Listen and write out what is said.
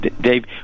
Dave